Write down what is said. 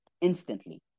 instantly